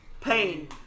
Pain